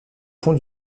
fond